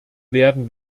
werden